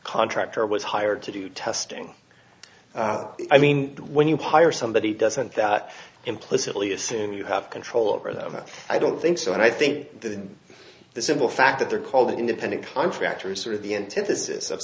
contractor was hired to do testing i mean when you hire somebody doesn't that implicitly assume you have control over them i don't think so and i think that the simple fact that they're called independent contractors are the antithesis of